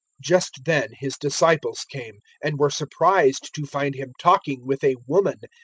just then his disciples came, and were surprised to find him talking with a woman.